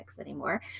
anymore